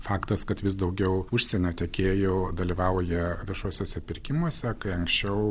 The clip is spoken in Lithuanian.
faktas kad vis daugiau užsienio tiekėjų dalyvauja viešuosiuose pirkimuose kai anksčiau